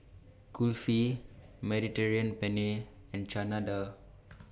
Kulfi Mediterranean Penne and Chana Dal